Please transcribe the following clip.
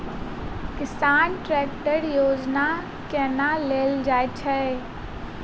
किसान ट्रैकटर योजना केना लेल जाय छै?